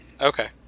Okay